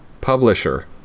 Publisher